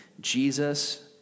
Jesus